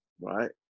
right